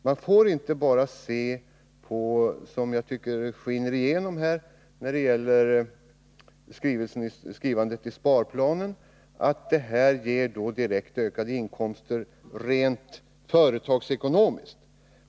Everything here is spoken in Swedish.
Man får inte se det så ensidigt som jag tycker att man gör i sparplanen, att taxehöjningar ger ökade inkomster rent företagsekonomiskt.